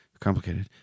complicated